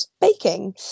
baking